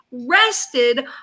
rested